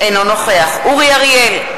אינו נוכח אורי אריאל,